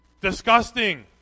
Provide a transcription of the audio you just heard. disgusting